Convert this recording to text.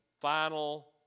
final